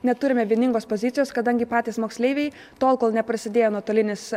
neturime vieningos pozicijos kadangi patys moksleiviai tol kol neprasidėjo nuotolinis